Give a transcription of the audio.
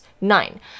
Nine